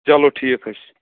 چلو ٹھیٖک حظ چھُ